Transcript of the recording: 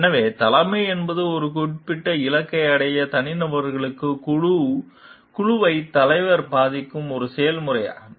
எனவே தலைமை என்பது ஒரு குறிப்பிட்ட இலக்கை அடைய தனிநபர்களின் குழுவை தலைவர் பாதிக்கும் ஒரு செயல்முறையாகும்